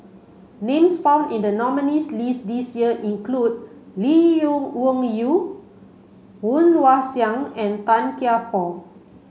names found in the nominees' list this year include Lee Yew Wung Yew Woon Wah Siang and Tan Kian Por